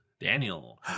Daniel